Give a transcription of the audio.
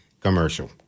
commercial